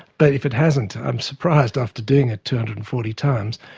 but if it hasn't i'm surprised after doing it two hundred and forty times,